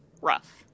rough